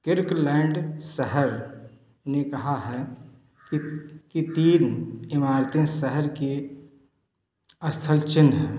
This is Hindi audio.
किर्कलैंड शहर ने कहा है कि तीन इमारतें शहर के स्थलचिह्न हैं